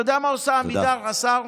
אתה יודע מה עושה עמידר, השר?